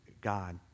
God